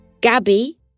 Gabby